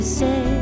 say